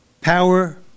power